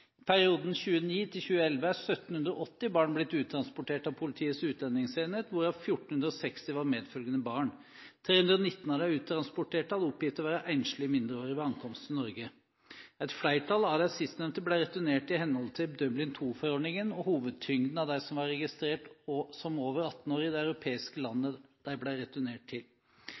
perioden 2009–2011 er 1 780 barn blitt uttransportert av Politiets utlendingsenhet, hvorav 1 460 var medfølgende barn. 319 av de uttransporterte hadde oppgitt å være enslige mindreårige ved ankomst til Norge. Et flertall av de sistnevnte ble returnert i henhold til Dublin II-forordningen, og hovedtyngden av dem var registrert som over 18 år i det europeiske landet de ble returnert til.